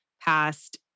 past